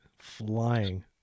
flying